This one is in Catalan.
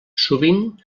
sovint